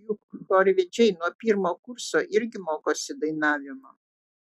juk chorvedžiai nuo pirmo kurso irgi mokosi dainavimo